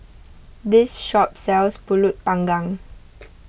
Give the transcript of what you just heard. this shop sells Pulut Panggang